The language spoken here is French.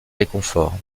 réconfort